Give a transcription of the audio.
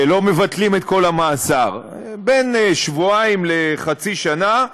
לא מבטלים את כל המאסר, בין שבועיים לחצי שנה.